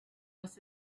must